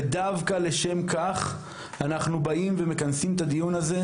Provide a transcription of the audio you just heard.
ודווקא לשם כך אנחנו באים ומכנסים את הדיון הזה,